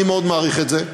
אני מאוד מעריך את זה.